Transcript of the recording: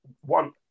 one